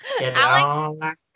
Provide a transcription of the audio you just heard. Alex